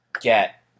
get